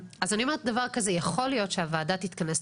אז אני אומרת דבר כזה: יכול להיות שהוועדה תתכנס,